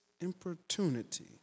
importunity